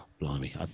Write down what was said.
Blimey